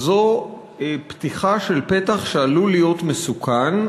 זו פתיחה של פתח שעלול להיות מסוכן,